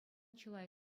чылай